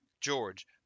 George